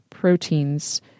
proteins